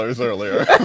earlier